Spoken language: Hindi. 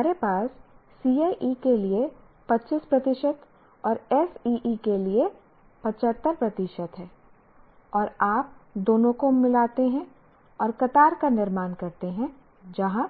हमारे पास CIE के लिए 25 प्रतिशत और SEE के लिए 75 प्रतिशत है और आप दोनों को मिलाते हैं और कतार का निर्माण करते हैं जहाँ